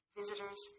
visitors